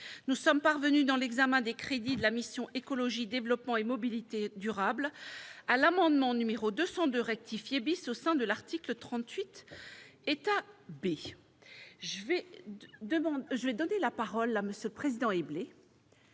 nous sommes parvenus dans l'examen des crédits de la mission Écologie développement et mobilité durables à l'amendement numéro 202 rectifié bis au sein de l'article 38 états B je vais demande je vais donner la parole à me ce président et blé.